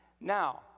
Now